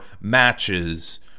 matches